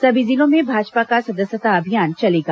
सभी जिलों में भाजपा का सदस्यता अभियान चलेगा